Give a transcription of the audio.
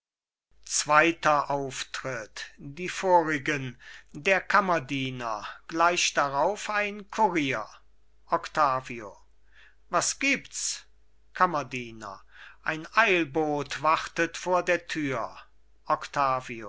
zweiter auftritt die vorigen der kammerdiener gleich darauf ein kurier octavio was gibts kammerdiener ein eilbot wartet vor der tür